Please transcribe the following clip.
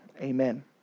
Amen